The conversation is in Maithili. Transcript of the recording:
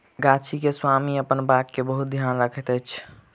गाछी के स्वामी अपन बाग के बहुत ध्यान रखैत अछि